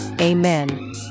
Amen